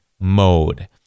mode